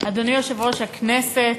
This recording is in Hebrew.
אדוני יושב-ראש הכנסת,